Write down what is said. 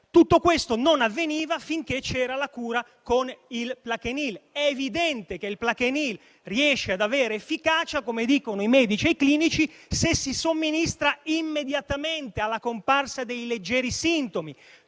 Tutto questo non avveniva finché c'era la cura con il Plaquenil. È evidente che il Plaquenil riesce ad avere efficacia, come dicono i medici e i clinici, se si somministra immediatamente, alla comparsa di leggeri sintomi;